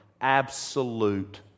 absolute